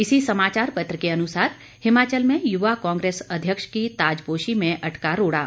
इसी समाचार पत्र के अनुसार हिमाचल में युवा कांग्रेस अध्यक्ष की ताजपोशी में अटका रोड़ा